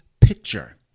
picture